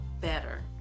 better